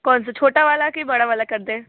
कौन सा छोटा वाला कि बड़ा वाला कर दें